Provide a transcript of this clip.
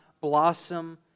blossom